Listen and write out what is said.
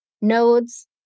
nodes